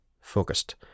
focused